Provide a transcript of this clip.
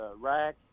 rack